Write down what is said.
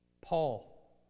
Paul